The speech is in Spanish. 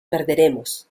perderemos